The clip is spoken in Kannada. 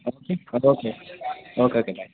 ಓಕೆ ಅದು ಓಕೆ ಓಕೆ ಓಕೆ ತ್ಯಾಂಕ್ಸ್